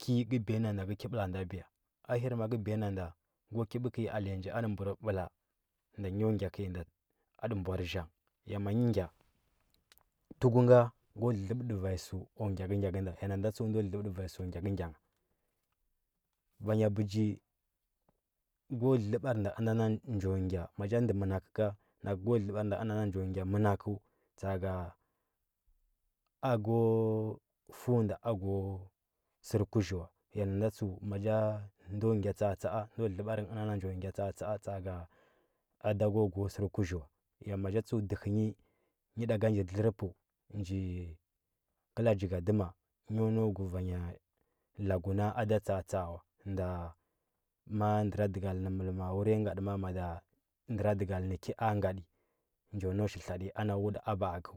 ki ka ki biya nan da biya ahir maka biya nan da ko kə bə kəi alenya nji nda hyo gya kəi nda atə mbor zhang ja ma hya gya tuku nga ko lələtə vanya sə aku gyakəgya kənda ya nan da tsəu ndo lələbtə vanya səu aku gyakəgya ngha vanya ɓəji ko lələbar nda dnda njo gya macha ndə mənakə ka nakə ko lələbaar nda ina njo gya mənakə tsa. aka aku fuda o sər kuzhi wa yya nada tsəu machan do gya tsa. a tsa. a ndo lələbar nge dna nan jo gya tsa. a tsa. a tsa. aka ada ko go sər kuzzhi way a ma nja tsəu dəhə nyi nyi nda ka njir dldrpəu nji kəla jigaduma iya nau go vanya laku na ada tsa. a tsa. a wan da ma ndəradigal nə mələma wuriya gadə mada ndəradigal nə ki gadə njo nau shi nou shi ladi nyi ana wuda aba akəu,